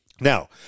Now